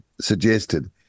suggested